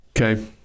Okay